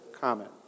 comment